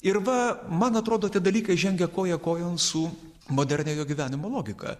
ir va man atrodo tie dalykai žengia koja kojon su moderniojo gyvenimo logika